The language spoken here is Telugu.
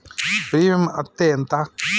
ప్రీమియం అత్తే ఎంత?